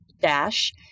dash